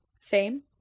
Fame